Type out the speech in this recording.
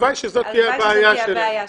הלוואי שזאת תהיה הבעיה שלנו.